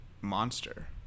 monster